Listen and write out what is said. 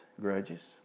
grudges